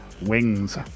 Wings